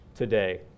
today